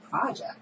project